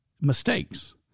mistakes